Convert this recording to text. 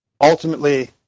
ultimately